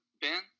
Ben